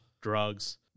drugs